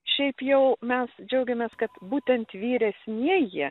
šiaip jau mes džiaugiamės kad būtent vyresnieji